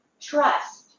trust